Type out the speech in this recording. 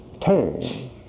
turn